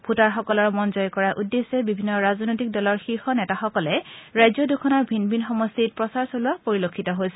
ভোটাৰসকলৰ মন জয় কৰাৰ উদ্দেশ্যে বিভিন্ন ৰাজনৈতিক দলৰ শীৰ্য নেতাসকলে ৰাজ্য দুখনৰ ভিন ভিন সমষ্টিত প্ৰচাৰ চলোৱা পৰিলক্ষিত হৈছে